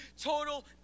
total